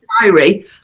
diary